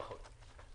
נכון.